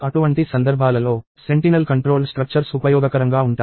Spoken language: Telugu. అటువంటి సందర్భాలలో సెంటినల్ కంట్రోల్డ్ స్ట్రక్చర్స్ ఉపయోగకరంగా ఉంటాయి